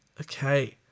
Okay